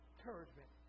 Encouragement